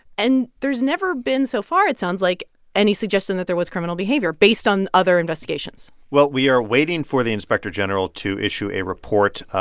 and there's never been so far it sounds like any suggestion that there was criminal behavior based on other investigations well, we are waiting for the inspector general to issue a report.